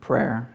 Prayer